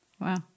Wow